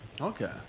Okay